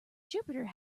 jupiter